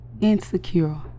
Insecure